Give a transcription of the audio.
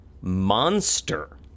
Monster